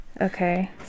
Okay